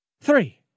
Three